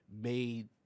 made